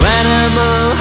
animal